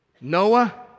Noah